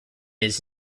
his